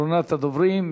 אחרונת הדוברים.